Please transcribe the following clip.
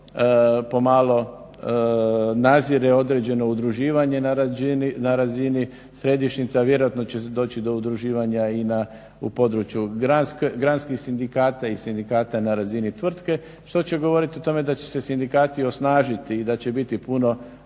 pomalo nazire određeno udruživanje na razini središnjica, a vjerojatno će doći do udruživanja i u području granskih sindikata i sindikata tvrtke što će govoriti o tome da će se sindikati osnažiti i da će biti puno